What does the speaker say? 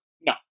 No